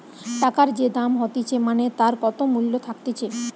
টাকার যে দাম হতিছে মানে তার কত মূল্য থাকতিছে